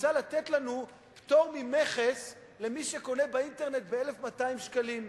לנו פטור ממכס למי שקונה באינטרנט ב-1,200 שקלים.